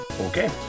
Okay